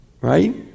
right